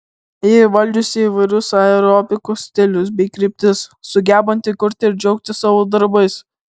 ji įvaldžiusi įvairius aerobikos stilius bei kryptis sugebanti kurti ir džiaugtis savo darbais